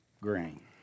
grain